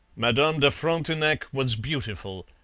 madame de frontenac was beautiful,